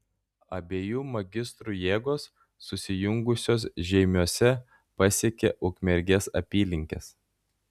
abiejų magistrų jėgos susijungusios žeimiuose pasiekė ukmergės apylinkes